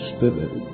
Spirit